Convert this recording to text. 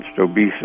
obesity